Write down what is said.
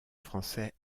français